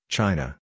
China